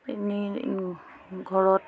ঘৰত